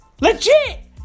Legit